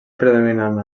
predominant